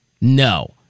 No